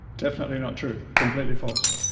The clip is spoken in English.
definitely not true, completely false.